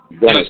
Yes